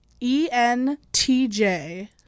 E-N-T-J